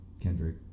Kendrick